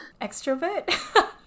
extrovert